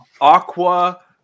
Aqua